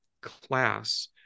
class